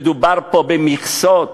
מדובר פה במכסות,